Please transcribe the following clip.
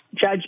Judge